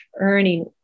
earning